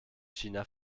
china